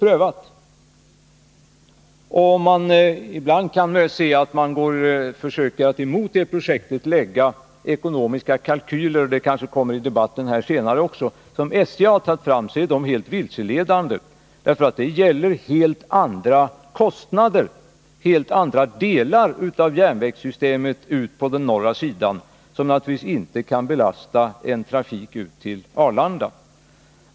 Ibland försöker man att mot det här projektet anföra uppgifter från ekonomiska kalkyler — det kommer kanske fram senare i debatten — som SJ har tagit fram. Dessa uppgifter är emellertid helt vilseledande, eftersom det gäller helt andra kostnader, helt andra delar av järnvägssystemet på norra sidan och som naturligtvis inte kan belasta en trafik ut till Arlanda.